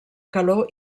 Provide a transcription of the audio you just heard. calor